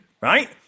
right